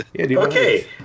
Okay